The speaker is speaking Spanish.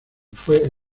fue